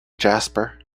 jasper